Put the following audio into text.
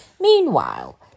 Meanwhile